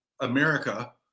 America